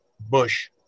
Bush